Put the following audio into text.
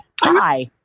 Hi